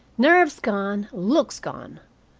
nerves gone, looks gone.